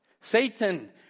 Satan